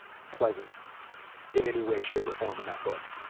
pleasant in any way, shape or form in that book.